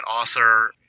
author